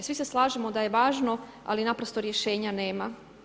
Svi se slažemo da je važno ali naprosto rješenja nema.